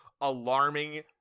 alarming